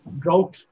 drought